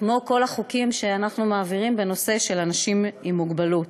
כמו כל החוקים שאנחנו מעבירים בנושא של אנשים עם מוגבלות,